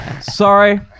Sorry